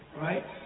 right